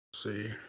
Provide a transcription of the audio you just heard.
see